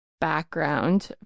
background